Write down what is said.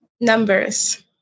Numbers